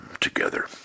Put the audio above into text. together